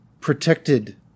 protected